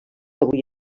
avui